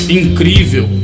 incrível